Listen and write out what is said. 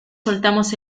soltamos